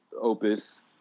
Opus